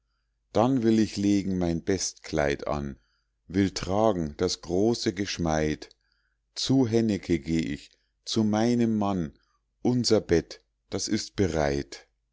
dann will ich legen mein bestkleid an will tragen das große geschmeid zu hennecke geh ich zu meinem mann unser bett das ist bereit